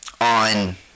on